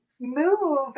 move